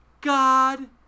God